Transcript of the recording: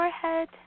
forehead